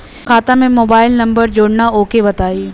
खाता में mobile number जोड़ना ओके बताई?